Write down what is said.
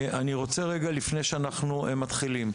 אני רוצה רגע, לפני שאנחנו מתחילים.